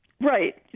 Right